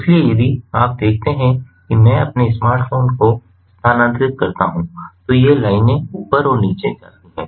इसलिए यदि आप देखते हैं कि मैं अपने स्मार्टफ़ोन को स्थानांतरित करता हूं तो ये लाइनें ऊपर और नीचे जाती हैं